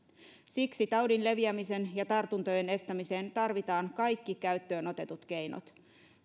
siksi taudin leviämisen ja tartuntojen estämiseen tarvitaan kaikki käyttöönotetut keinot